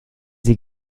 sie